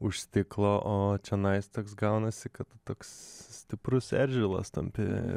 už stiklo o čionais toks gaunasi kad toks stiprus eržilas tampi